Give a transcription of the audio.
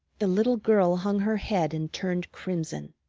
the little girl hung her head and turned crimson.